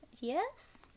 yes